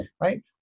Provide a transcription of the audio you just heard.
right